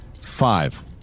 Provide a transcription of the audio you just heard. Five